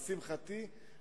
לשמחתי,